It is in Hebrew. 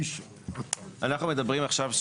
אנחנו מדברים עכשיו,